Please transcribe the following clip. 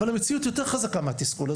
אבל המציאות יותר חזקה מהתסכול.